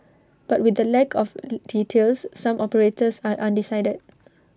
but with the lack of details some operators are undecided